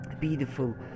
beautiful